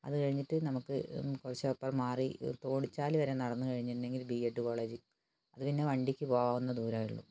അത് കഴിഞ്ഞിട്ട് നമുക്ക് കുറച്ച് അപ്പുറം മാറി ഓടിച്ചാല് വരെ നടന്നു കഴിഞ്ഞിട്ടുണ്ടെങ്കില് ബി എഡ് കോളേജ് അത് പിന്നെ വണ്ടിക്ക് പോകാവുന്ന ദൂരമേ ഉള്ളൂ